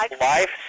Life